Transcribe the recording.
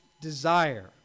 desire